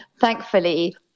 thankfully